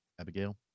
Abigail